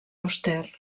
auster